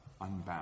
unbound